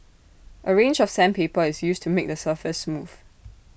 A range of sandpaper is used to make the surface smooth